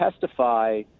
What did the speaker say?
testify –